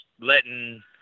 letting